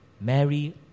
Mary